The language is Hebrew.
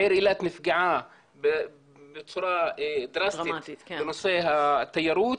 העיר אילת נפגעה בצורה דרסטית בנושא התיירות